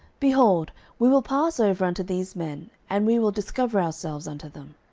behold, we will pass over unto these men, and we will discover ourselves unto them.